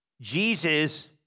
Jesus